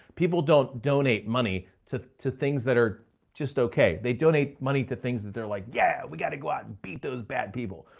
people don't donate money to to things that are just okay. they donate money to things that they're like, yeah, we got to go out and beat those bad people,